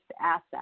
asset